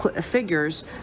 figures